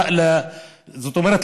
זאת אומרת,